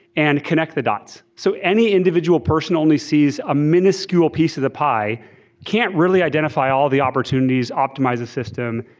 and connect the dots. so any individual person only sees a minuscule piece of the pie can't really identify all the opportunities, optimize the system,